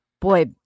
Boy